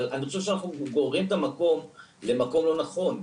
אבל אני חושב שאנחנו גוררים את הדיון למקום לא נכון.